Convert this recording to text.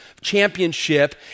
championship